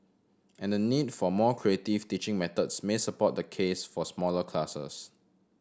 and the need for more creative teaching methods may support the case for smaller classes